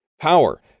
Power